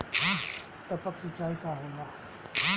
टपक सिंचाई का होला?